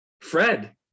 Fred